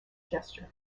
gesture